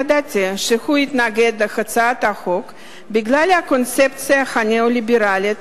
ידעתי שהוא יתנגד להצעת החוק בגלל הקונספציה הניאו-ליברלית